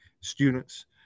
students